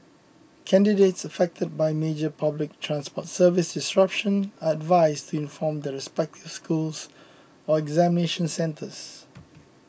candidates affected by major public transport service disruption are advised to inform their respective schools or examination centres